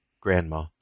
Grandma